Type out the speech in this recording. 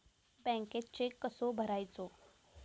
बँकेत चेक कसो भरायचो?